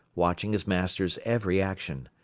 watching his master's every action.